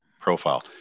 profile